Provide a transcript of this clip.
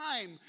time